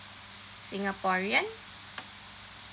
singaporean